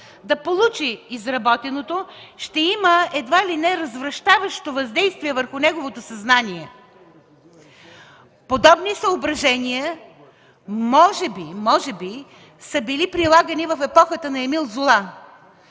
да получи изработеното, ще има едва ли не развращаващо въздействие върху неговото съзнание. Подобни съображения може би са били прилагани в епохата на Емил Зола,